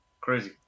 crazy